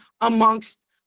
amongst